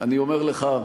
אני אומר לך,